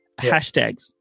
Hashtags